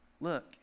look